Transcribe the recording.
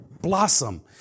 blossom